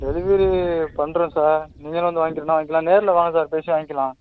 delivery பண்ணுறோம் sir நீங்களே வந்து வாங்கிக்கிறனா வாங்கிக்கலாம் நேரில் வாங்க சார் பேசி வாங்கிக்கலாம்